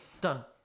done